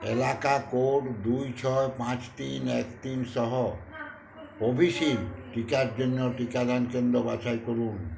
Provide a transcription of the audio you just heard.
এলাকা কোড দুই ছয় পাঁচ তিন এক তিন সহ কোভিশিল্ড টিকার জন্য টিকাদান কেন্দ্র বাছাই করুন